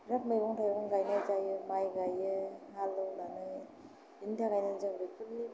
बिराद मैगं थाइगं गायनाय जायो माइ गायो हालेवनानै बेनि थाखायनो जों बेफोरनि